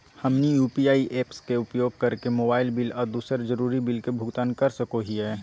हमनी UPI apps के उपयोग करके मोबाइल बिल आ दूसर जरुरी बिल के भुगतान कर सको हीयई